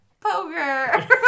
Poker